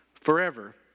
forever